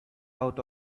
out